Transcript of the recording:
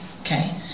okay